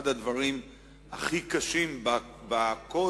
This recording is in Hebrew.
אחד הדברים הכי קשים בקוד